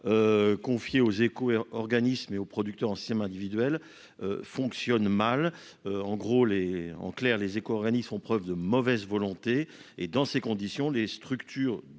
confié aux éco-organismes et aux producteurs en système individuel fonctionnent mal. En clair, les éco-organismes font preuve de mauvaise volonté. Dans ces conditions, les structures